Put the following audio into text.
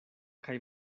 kaj